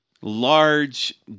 Large